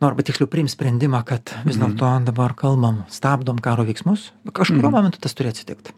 nu arba tiksliau priims sprendimą kad vis dėlto dabar kalbam stabdom karo veiksmus kažkuriuo momentu tas turi atsitikt